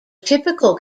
typical